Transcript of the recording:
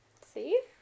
See